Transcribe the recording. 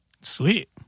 Sweet